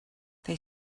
they